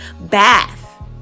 bath